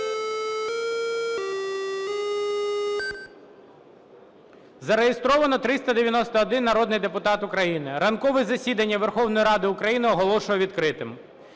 Зареєстровано 391 народний депутат України. Ранкове засідання Верховної Ради України оголошую відкритим.